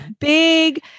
big